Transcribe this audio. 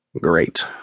Great